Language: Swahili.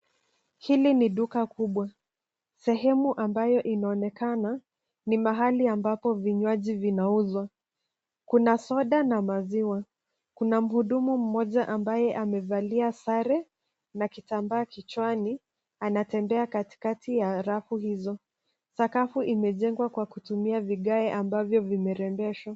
Hili ni duka kubwa, sehemu ambayo inaonekana ni mahali amvapo vinywaji vinauzwa. Kuna soda na maziwa. Kuna mhudumu mmoja ambaye amevalia sare na kitambaa kichwani anatembea katikati ya rafu hizo. Sakafu imejengwa kwa kutumia vigae ambavyo vimerembeshwa.